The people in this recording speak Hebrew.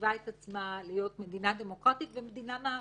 שמחשיבה את עצמה להיות מדינה דמוקרטית ומדינה מערבית.